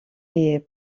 est